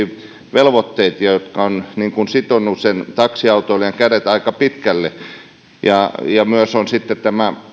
velvoitteita jotka ovat sitoneet sen taksiautoilijan kädet aika pitkälle myös on sitten tämä